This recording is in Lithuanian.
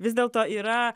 vis dėlto yra